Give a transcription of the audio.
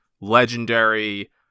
legendary